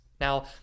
Now